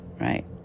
right